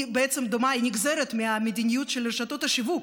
בעצם נגזרת מהמדיניות של רשתות השיווק,